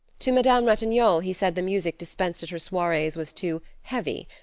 to madame ratignolle he said the music dispensed at her soirees was too heavy,